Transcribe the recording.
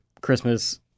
Christmas